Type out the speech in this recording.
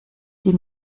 die